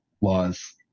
laws